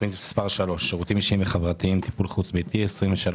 תוכנית מספר 3 שירותים אישיים וחברתיים טיפול חוץ ביתי 23-10-38: